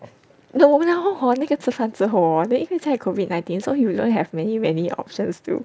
then 我们然后 hor then 那个吃饭之后 hor 因为在 COVID nineteen so we don't have many many options to